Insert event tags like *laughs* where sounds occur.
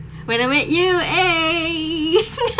when I met you eh *laughs*